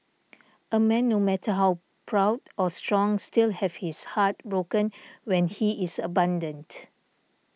a man no matter how proud or strong still have his heart broken when he is abandoned